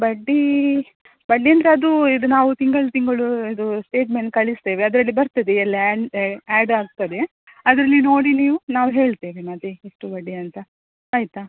ಬಡ್ಡಿ ಬಡ್ಡಿಯಂದ್ರೆ ಅದು ಇದು ನಾವು ತಿಂಗಳು ತಿಂಗಳು ಇದು ಸ್ಟೇಟ್ಮೆಂಟ್ ಕಳಿಸ್ತೇವೆ ಅದ್ರಲ್ಲಿ ಬರ್ತದೆ ಎಲ್ಲ ಆ್ಯಡ್ ಆಗ್ತದೆ ಅದ್ರಲ್ಲಿ ನೋಡಿ ನೀವು ನಾವು ಹೇಳ್ತೇವೆ ಮತ್ತೆ ಎಷ್ಟು ಬಡ್ಡಿ ಅಂತ ಆಯಿತಾ